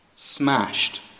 Smashed